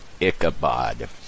Ichabod